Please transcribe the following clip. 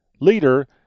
leader